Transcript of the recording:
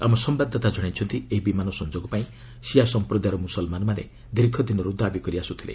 ଆମ ସମ୍ଭାଦଦାତା ଜଣାଇଛନ୍ତି ଏହି ବିମାନ ସଂଯୋଗ ପାଇଁ ସିଆ ସମ୍ପ୍ରଦାୟର ମୁସଲମାନମାନେ ଦୀର୍ଘ ଦିନରୁ ଦାବି କରି ଆସୁଥିଲେ